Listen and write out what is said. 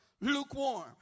lukewarm